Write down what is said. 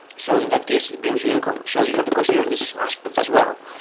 so in that case, it brings you income. so you have to consider this aspect as well.